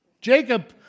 Jacob